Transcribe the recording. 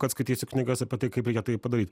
kad skaitysiu knygas apie tai kaip reikia tai padaryt